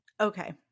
Okay